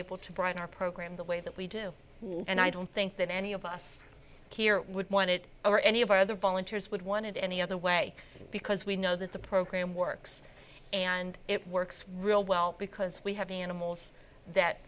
full to broaden our program the way that we do and i don't think that any of us here would want it or any of our other volunteers would want it any other way because we know the the program works and it works real well because we have animals that